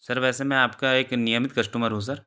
sir वैसे मैं आपका एक नियमित कश्टमर हूँ सर